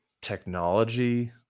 technology